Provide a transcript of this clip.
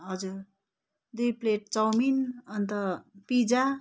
हजुर दुई plate chowmein अन्त पिज्जा